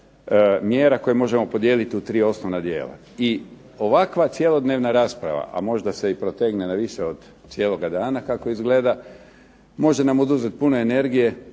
mjera koje možemo podijeliti u tri osnovna dijela. I ovakva cjelodnevna rasprava, a možda se protegne i na više od cijeloga dana kako izgleda može nam oduzeti puno energije,